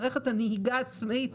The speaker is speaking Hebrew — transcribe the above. מערכת הנהיגה העצמאית,